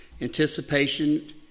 anticipation